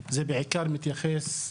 זה בעיקר מתייחס,